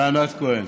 ענת כהן.